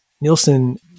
Nielsen